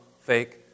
fake